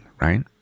right